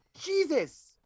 Jesus